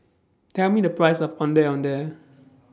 Tell Me The Price of Ondeh Ondeh